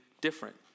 different